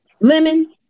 Lemon